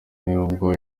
nibwo